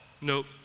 Nope